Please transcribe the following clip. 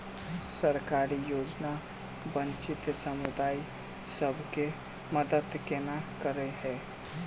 सरकारी योजना वंचित समुदाय सब केँ मदद केना करे है?